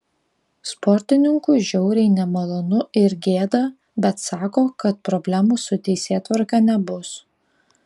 sportininkui žiauriai nemalonu ir gėda bet sako kad problemų su teisėtvarka nebus